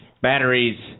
Batteries